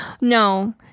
no